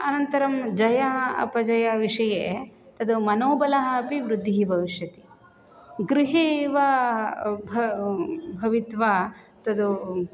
अनन्तरं जय अपजयविषये तत् मनोबलम् अपि वृद्धिः भविष्यति गृहे एव भूत्वा तत्